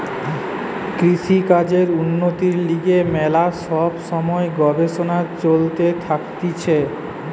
কৃষিকাজের উন্নতির লিগে ম্যালা সব সময় গবেষণা চলতে থাকতিছে